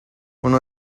uno